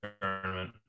tournament